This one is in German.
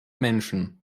menschen